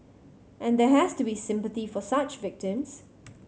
and there has to be sympathy for such victims